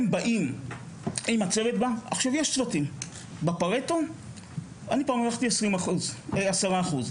יש צוותים, בפרטו אני פעם --- 10%.